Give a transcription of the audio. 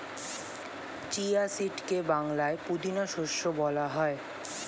chia সিডকে বাংলায় পুদিনা শস্য বলা হয়